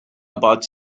about